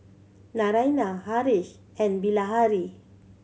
Naraina Haresh and Bilahari